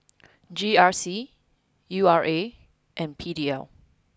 G R C U R A and P D L